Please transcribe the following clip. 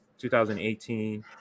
2018